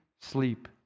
sleep